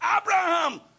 Abraham